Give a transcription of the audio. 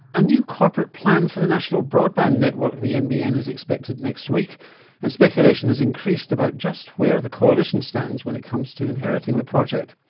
a new corporate plan for the national broadband network, the nbn, is expected next week and speculation has increased about just where the coalition stands when it comes to inheriting the project.